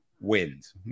wins